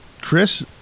Chris